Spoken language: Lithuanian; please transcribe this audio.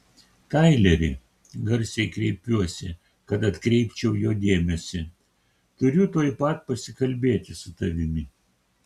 taileri garsiai kreipiuosi kad atkreipčiau jo dėmesį turiu tuoj pat pasikalbėti su tavimi